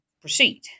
proceed